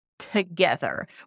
together